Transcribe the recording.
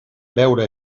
veure